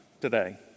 today